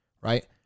right